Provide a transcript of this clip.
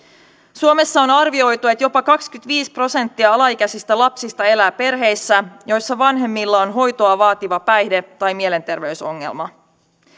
suomessa on arvioitu että jopa kaksikymmentäviisi prosenttia alaikäisistä lapsista elää perheissä joissa vanhemmilla on hoitoa vaativa päihde tai mielenterveysongelma